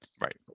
right